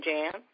Jam